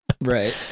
right